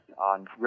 on